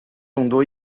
众多